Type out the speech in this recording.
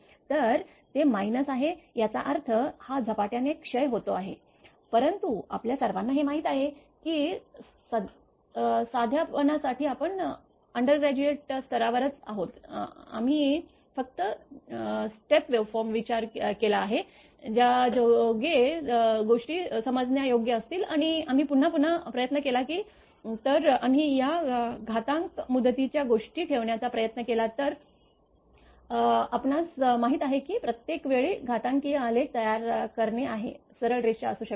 तर ते मायनस आहे याचा अर्थ हा झपाट्याने क्षय होतो आहे परंतु आपल्या सर्वांना हे माहित आहे की साध्यापणासाठी आपण अंडरग्रॅज्युएट स्तरावरच आहोत आम्ही फक्त चरण वेव्हफॉर्मवर विचार केला आहे ज्यायोगे गोष्टी समजण्या योग्य असतील आणि आम्ही पुन्हा पुन्हा प्रयत्न केले तर आम्ही या घातांक मुदतीच्या गोष्टी ठेवण्याचा प्रयत्न केला तर आपणास माहित आहे की प्रत्येक वेळी घातांकीय आलेख तयार करणे आहे सरळ रेषा असू शकत नाही